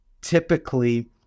typically